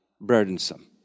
burdensome